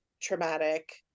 traumatic